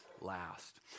last